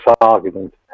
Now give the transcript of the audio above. argument